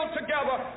together